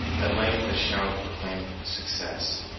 at length a shout proclaimed success,